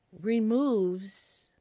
removes